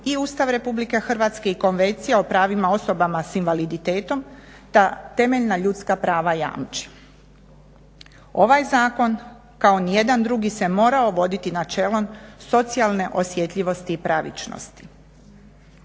i Ustav Republike Hrvatske i Konvencija o pravima osoba s invaliditetom ta temeljna ljudska prava jamči. Ovaj zakon kao nijedan drugi se morao voditi načelom socijalne osjetljivosti i pravičnosti.